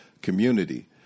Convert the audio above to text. Community